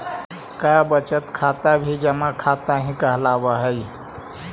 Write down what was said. का बचत खाता भी जमा खाता ही कहलावऽ हइ?